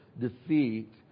defeat